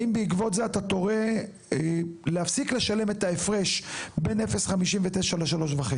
האם בעקבות זה אתה תורה להפסיק לשלם את ההפרש בין 0.59 ל-3.5?